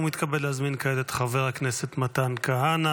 ומתכבד להזמין כעת את חבר הכנסת מתן כהנא